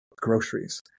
groceries